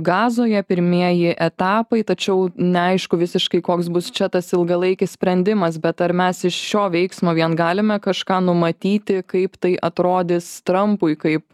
gazoje pirmieji etapai tačiau neaišku visiškai koks bus čia tas ilgalaikis sprendimas bet ar mes iš šio veiksmo vien galime kažką numatyti kaip tai atrodys trampui kaip